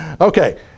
Okay